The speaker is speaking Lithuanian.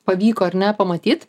pavyko ar ne pamatyt